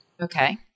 okay